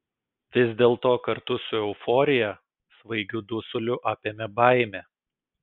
vis dėlto kartu su euforija svaigiu dusuliu apėmė baimė